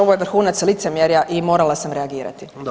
Ovo je vrhunac licemjerja i morala sam reagirati.